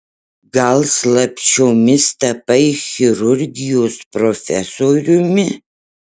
gal slapčiomis tapai chirurgijos profesoriumi